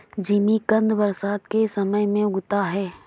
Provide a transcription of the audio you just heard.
जिमीकंद बरसात के समय में उगता है